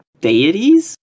deities